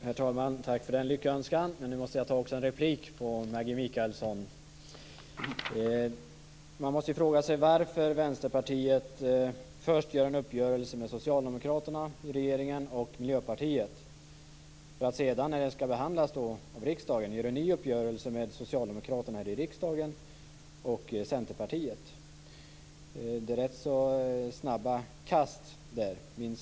Herr talman! Tack för den lyckönskan! Men nu måste jag replikera på Maggi Mikaelssons anförande. Man måste fråga sig varför Vänsterpartiet först träffar en uppgörelse med Socialdemokraterna i regeringen och Miljöpartiet för att sedan, när ärendet ska behandlas av riksdagen, träffa en ny uppgörelse med Socialdemokraterna här i riksdagen och Centerpartiet. Det är rätt snabba kast, minst sagt.